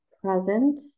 Present